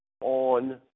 on